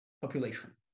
population